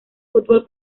fútbol